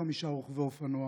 ובהם 25 רוכבי אופנוע,